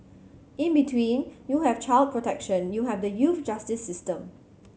in between you have child protection you have the youth justice system